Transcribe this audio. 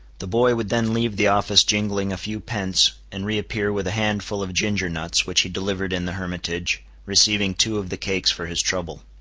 the boy would then leave the office jingling a few pence, and reappear with a handful of ginger-nuts which he delivered in the hermitage, receiving two of the cakes for his trouble.